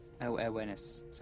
Awareness